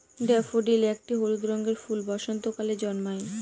daffodil একটি হলুদ রঙের ফুল বসন্তকালে জন্মায়